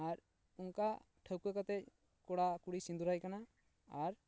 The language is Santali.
ᱟᱨ ᱚᱱᱠᱟ ᱴᱷᱟᱹᱣᱠᱟᱹ ᱠᱟᱛᱮ ᱠᱚᱲᱟ ᱠᱩᱲᱤ ᱥᱤᱫᱩᱨᱟᱭ ᱠᱟᱱᱟ ᱟᱨ